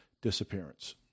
disappearance